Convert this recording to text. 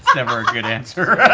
ah never a good answer.